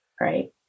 Right